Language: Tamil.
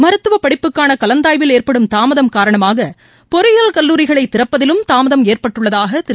மருத்துவப் படிப்புக்கான கலந்தாய்வில் ஏற்படும் தாமதம் காரணமாக பொறியியல் கல்லூரிகளை திறப்பதிலும் தாமதம் ஏற்பட்டுள்ளதாக திரு